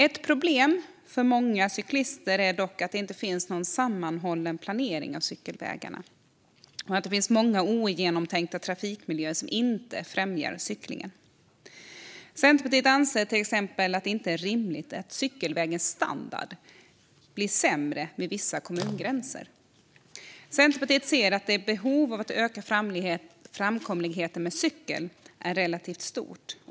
Ett problem för många cyklister är dock att det inte finns någon sammanhållen planering av cykelvägarna och att det finns många ogenomtänkta trafikmiljöer som inte främjar cyklingen. Centerpartiet anser till exempel att det inte är rimligt att cykelvägens standard blir sämre vid vissa kommungränser. Centerpartiet ser att behovet av att öka framkomligheten med cykel är relativt stort.